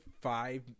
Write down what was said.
five